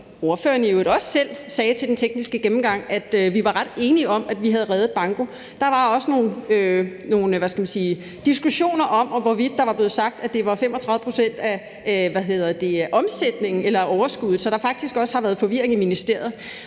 i øvrigt også selv ved den tekniske gennemgang, at vi var ret enige om, at vi havde reddet banko. Der var også nogle diskussioner om, hvorvidt der var blevet sagt, at det var 35 pct. af omsætningen eller af overskuddet; så der har faktisk også været forvirring i ministeriet.